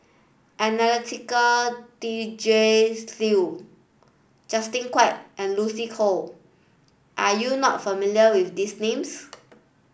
Anastasia Tjendri Liew Justin Quek and Lucy Koh are you not familiar with these names